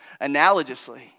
analogously